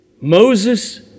Moses